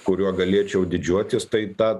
kuriuo galėčiau didžiuotis tai tą